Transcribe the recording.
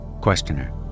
Questioner